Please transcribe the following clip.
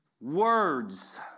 Words